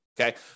Okay